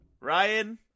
Ryan